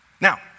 Now